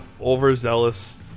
overzealous